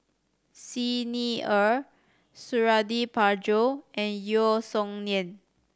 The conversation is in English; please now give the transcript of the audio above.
Xi Ni Er Suradi Parjo and Yeo Song Nian